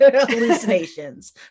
Hallucinations